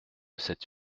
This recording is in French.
cette